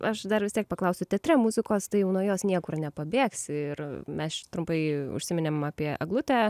aš dar vis tiek paklausiu teatre muzikos tai jau nuo jos niekur nepabėgsi ir mes čia trumpai užsiminėm apie eglutę